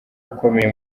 ukomeye